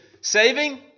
saving